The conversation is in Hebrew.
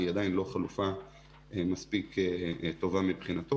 היא עדיין לא חלופה מספיק טובה מבחינתו